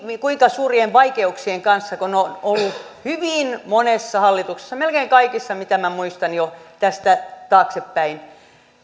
kuinka suurien vaikeuksien kanssa sdp silloin taisteli se on ollut hyvin monessa hallituksessa melkein kaikissa mitä minä muistan tästä taaksepäin